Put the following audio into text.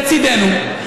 לצידנו,